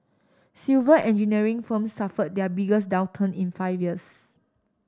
civil engineering firms suffered their biggest downturn in five years